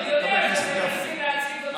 אני יודע שאתם מנסים להציג אותי,